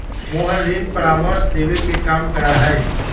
मोहन ऋण परामर्श देवे के काम करा हई